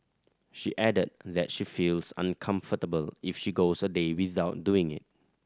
she added that she feels uncomfortable if she goes a day without doing it